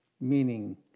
meaning